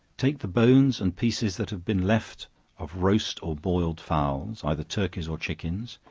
take the bones and pieces that have been left of roast or boiled fowls, either turkeys or chickens,